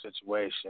situation